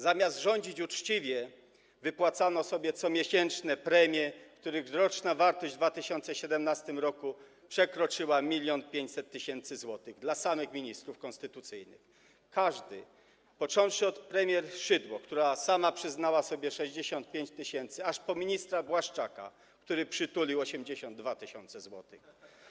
Zamiast rządzić uczciwie wypłacano sobie comiesięczne premie, których roczna wartość w 2017 r. przekroczyła 1,5 mln zł dla samych ministrów konstytucyjnych, każdego, począwszy od premier Szydło, która sama przyznała sobie 65 tys., aż po ministra Błaszczaka, który przytulił 82 tys. zł.